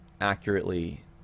accurately